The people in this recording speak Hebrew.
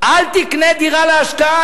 אל תקנה דירה להשקעה,